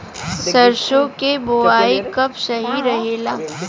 सरसों क बुवाई कब सही रहेला?